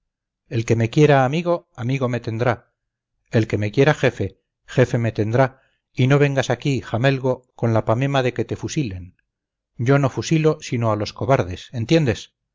el que me quiera amigo amigo me tendrá el que me quiera jefe jefe me tendrá y no vengas aquí jamelgo con la pamema de que te fusilen yo no fusilo sino a los cobardes entiendes